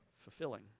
fulfilling